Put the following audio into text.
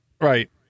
right